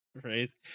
phrase